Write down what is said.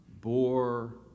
bore